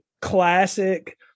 classic